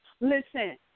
Listen